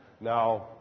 Now